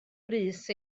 brys